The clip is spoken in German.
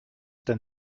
denn